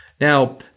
Now